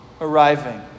arriving